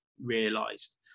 realized